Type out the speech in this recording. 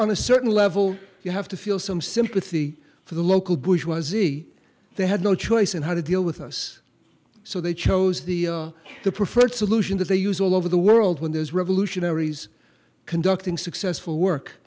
on a certain level you have to feel some sympathy for the local bush was easy they had no choice in how to deal with us so they chose the the preferred solution that they use all over the world when there is revolutionaries conducting successful work